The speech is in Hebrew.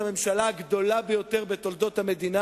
הממשלה הגדולה ביותר בתולדות המדינה,